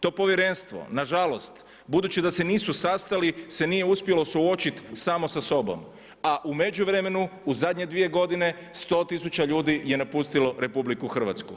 To povjerenstvo nažalost budući da se nisu sastali se nije uspjelo suočiti samo sa sobom a u međuvremenu u zadnje dvije godine 100 tisuća ljudi je napustilo RH.